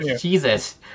Jesus